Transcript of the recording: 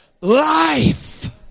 Life